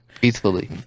peacefully